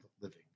living